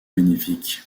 bénéfique